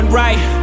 right